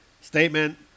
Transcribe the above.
Statement